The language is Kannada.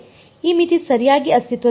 ಈ ಮಿತಿ ಸರಿಯಾಗಿ ಅಸ್ತಿತ್ವದಲ್ಲಿಲ್ಲ